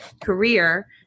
career